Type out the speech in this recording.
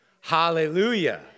Hallelujah